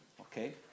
Okay